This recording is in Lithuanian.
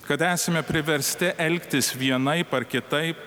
kad esame priversti elgtis vienaip ar kitaip